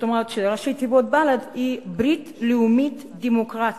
כלומר שראשי התיבות "בל"ד" הן "ברית לאומית דמוקרטית".